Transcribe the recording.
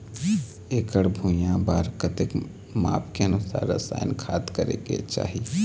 एकड़ भुइयां बार कतेक माप के अनुसार रसायन खाद करें के चाही?